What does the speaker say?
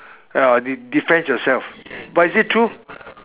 uh defense yourself but is it true